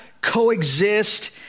coexist